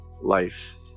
life